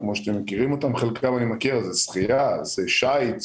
שחייה, שייט,